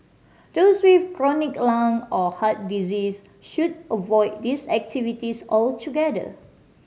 those with chronic lung or heart disease should avoid these activities altogether